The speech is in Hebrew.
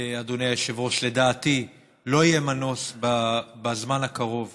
אדוני היושב-ראש, לדעתי לא יהיה מנוס בזמן הקרוב